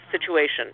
situation